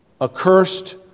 Accursed